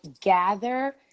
gather